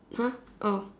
!huh! oh